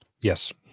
Yes